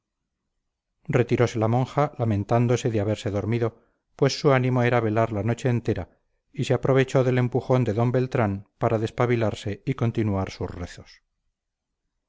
retirose la monja lamentándose de haberse dormido pues su ánimo era velar la noche entera y se aprovechó del empujón de d beltrán para despabilarse y continuar sus rezos